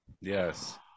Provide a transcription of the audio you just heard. Yes